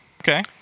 Okay